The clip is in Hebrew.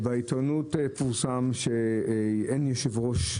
בעיתונות פורסם שאין יושב-ראש,